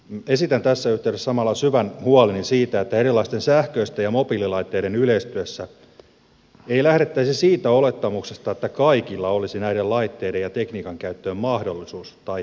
esitän tässä yhteydessä samalla syvän huoleni siitä että erilaisten sähköisten ja mobiililaitteiden yleistyessä ei lähdettäisi siitä olettamuksesta että kaikilla olisi näiden laitteiden ja tekniikan käyttöön mahdollisuus tai edes halua